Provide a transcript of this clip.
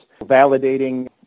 validating